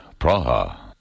Praha